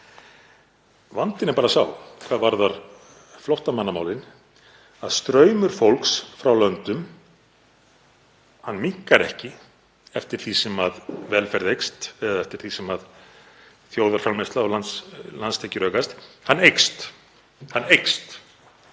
Vandinn er bara sá hvað varðar flóttamannamálin að straumur fólks frá löndum minnkar ekki eftir því sem velferð eykst eða eftir því sem þjóðarframleiðsla og landstekjur aukast, hann eykst.